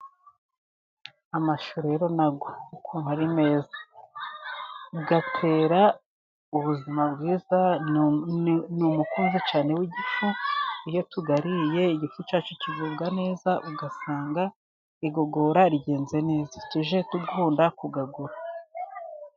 Amashu rero nayo aba ari meza, atera ubuzima bwiza, ni umukunzi cyane w'igifu, iyo tuyariye igifu cyacu kigubwa neza ugasanga igogora rigenze neza tujye dukunda kuyagura.